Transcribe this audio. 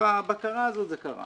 בבקרה הזאת זה קרה.